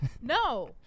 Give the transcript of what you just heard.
No